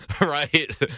Right